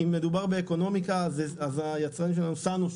אם מדובר באקונומיקה אז היצרנית זה סנו,